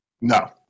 No